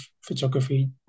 photography